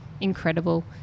incredible